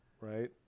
right